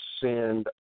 send